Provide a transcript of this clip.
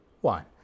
one